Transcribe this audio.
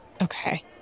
Okay